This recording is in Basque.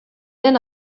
den